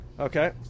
Okay